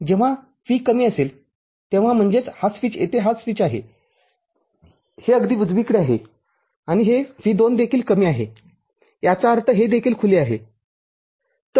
जेव्हा V कमी असेल तेव्हा म्हणजेच हा स्विच येथे हा स्विच आहे हे अगदी उजवीकडे आहे आणि हे V २ देखील कमी आहे याचा अर्थ हे देखील खुले आहे